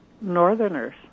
northerners